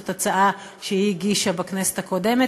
זאת הצעה שהיא הגישה בכנסת הקודמת.